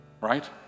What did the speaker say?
right